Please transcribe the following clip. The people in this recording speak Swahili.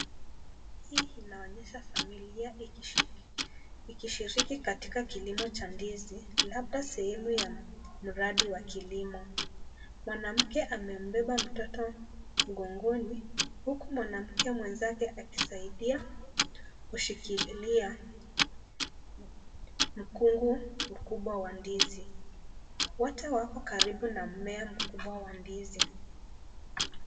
Hii inaonyesha familia ikishiriki katika kilimo cha ndizi labda sehemu ya mradi wa kilimo. Mwanamke amembeba mtoto mgongoni huku mwanamke mwenzake akisaidia kushikilia mkungu mkubwa wa ndizi. Wote wako karibu na mmea mkubwa wa ndizi.